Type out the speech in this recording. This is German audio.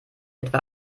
etwa